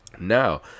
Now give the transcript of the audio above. now